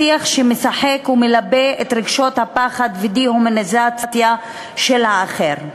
לשיח משחק שמלבה את רגשות הפחד והדה-הומניזציה של האחר.